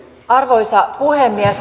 arvoisa puhemies